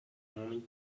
only